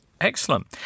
excellent